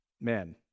man